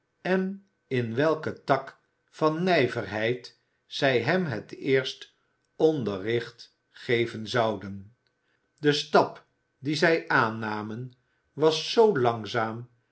en in welken tak van nijverheid zij hem het eerst onderricht geven zouden de stap dien zij aannamen was zoo langzaam